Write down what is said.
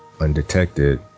undetected